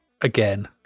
again